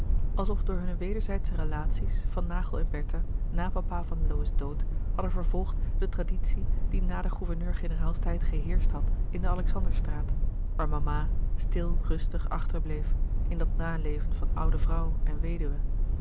door hunne wederzijdsche relatie's van naghel en bertha na papa van lowe's dood hadden vervolgd de traditie die na den gouverneur generaals tijd geheerscht had in de alexanderstraat waar mama stil rustig achterbleef in dat na leven van oude vrouw en weduwe